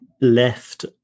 left